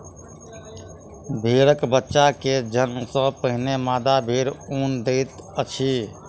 भेड़क बच्चा के जन्म सॅ पहिने मादा भेड़ ऊन दैत अछि